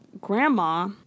Grandma